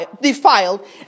defiled